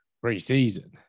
pre-season